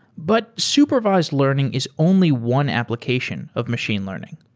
but supervised learning is only one application of machine learning.